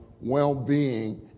well-being